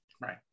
Right